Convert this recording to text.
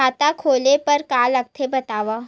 खाता खोले बार का का लगथे बतावव?